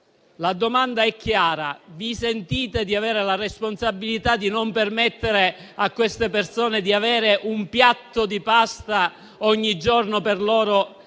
La domanda è chiara: sentite di assumervi la responsabilità di non permettere a queste persone di avere un piatto di pasta ogni giorno per sé